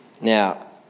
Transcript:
Now